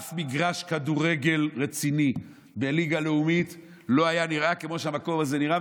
אף מגרש כדורגל רציני בליגה לאומית לא היה נראה כמו שהמקום הזה נראה,